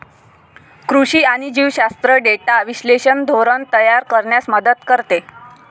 कृषी आणि जीवशास्त्र डेटा विश्लेषण धोरण तयार करण्यास मदत करते